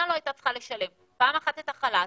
לא הייתה צריכה לשלם פעם אחת את החל"ת,